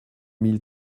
mille